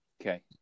Okay